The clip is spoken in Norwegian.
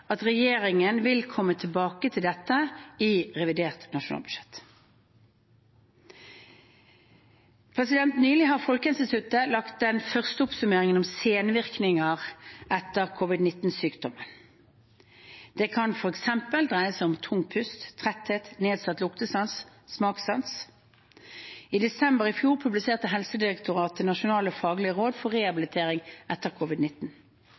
at regjeringen vil komme tilbake til dette i revidert nasjonalbudsjett. Nylig har Folkehelseinstituttet laget den første oppsummeringen om senvirkninger etter covid-19-sykdom. Det kan f.eks. dreie seg om tung pust, tretthet eller nedsatt luktesans og smaksans. I desember i fjor publiserte Helsedirektoratet nasjonale faglige råd for rehabilitering etter